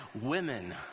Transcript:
women